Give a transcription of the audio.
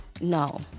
No